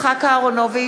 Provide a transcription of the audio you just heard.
יצחק אהרונוביץ,